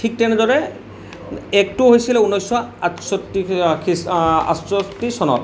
ঠিক তেনেদৰে এক্টো হৈছিলে ঊনৈছশ আঠষষ্ঠি আশী আঠষষ্ঠি চনত